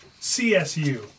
CSU